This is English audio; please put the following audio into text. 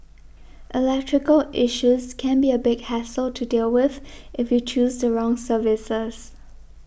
electrical issues can be a big hassle to deal with if you choose the wrong services